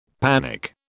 Panic